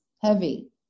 Heavy